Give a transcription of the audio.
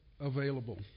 available